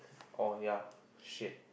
oh ya shit